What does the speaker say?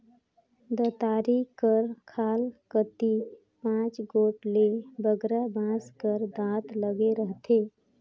दँतारी कर खाल कती पाँच गोट ले बगरा बाँस कर दाँत लगे रहथे